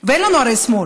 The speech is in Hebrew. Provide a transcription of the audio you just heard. והרי אין לנו שמאל,